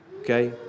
Okay